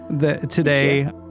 today